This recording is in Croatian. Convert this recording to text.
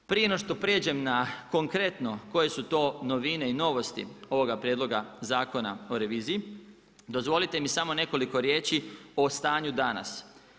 Prije no što prijeđem na konkretno koje su to novine i novosti ovoga Prijedloga Zakona o reviziji, dozvolite mi samo nekoliko riječi o stanju danas.